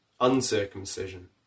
uncircumcision